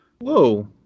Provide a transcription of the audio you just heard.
Whoa